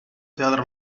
teatro